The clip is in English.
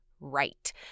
right